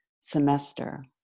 semester